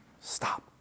stop